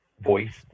voice